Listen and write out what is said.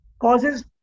causes